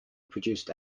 produced